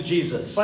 Jesus